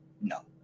No